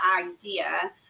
idea